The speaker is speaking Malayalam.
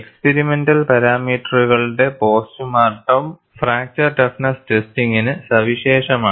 എക്സ്പിരിമെന്റൽ പാരാമീറ്ററുകളുടെ പോസ്റ്റ്മോർട്ടം ഫ്രാക്ചർ ടഫ്നെസ് ടെസ്റ്റിംഗിന് സവിശേഷമാണ്